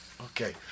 Okay